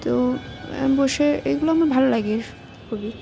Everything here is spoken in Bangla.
তো বসে এগুলো আমার ভালো লাগে খুবই